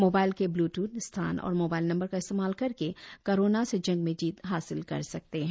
mobile के Bluetooth स्थान और मोबाइल नंबर का इस्तेमाल करके कोरोना से जंग में जीत हासिल कर सकते है